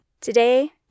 today